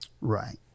Right